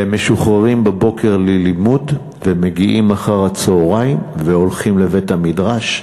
והם משוחררים בבוקר ללימוד והם מגיעים אחר-הצהריים והולכים לבית-המדרש,